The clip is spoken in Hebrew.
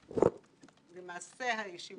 בישיבת הפתיחה של הכנסת העשרים-ואחת.